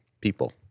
people